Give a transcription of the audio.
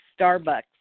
Starbucks